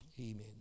amen